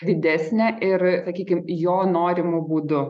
didesnę ir sakykim jo norimu būdu